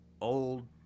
old